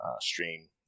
stream